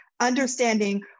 understanding